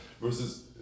versus